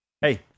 Hey